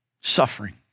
Suffering